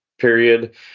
period